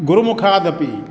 गुरुमुखादपि